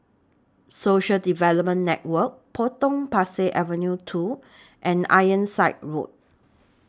Social Development Network Potong Pasir Avenue two and Ironside Road